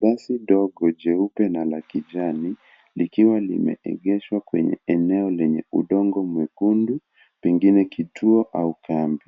Basi dogo jeupe na la kijani likiwa limeegeshwa kwenye eneo lenye udongo mwekundu pengine kituo au kambi.